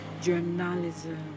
journalism